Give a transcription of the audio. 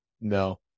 No